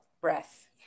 breath